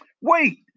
Wait